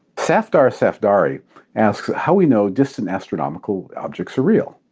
safdar safdari asks how we know distant astronomical objects are real?